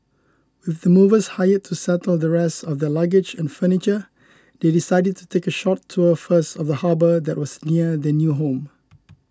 with the movers hired to settle the rest of their luggage and furniture they decided to take a short tour first of the harbour that was near their new home